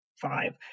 five